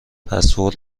پسورد